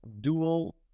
dual